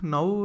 Now